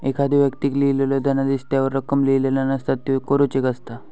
एखाद्दो व्यक्तीक लिहिलेलो धनादेश त्यावर रक्कम लिहिलेला नसता, त्यो कोरो चेक असता